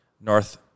North